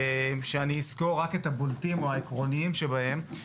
שאני אסקור רק את הבולטים או העקרוניים שבהם.